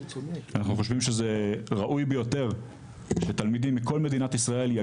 אנחנו חושבים שזה ראוי ביותר שיגיעו תלמידים מכל מדינת ישראל.